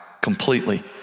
Completely